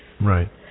Right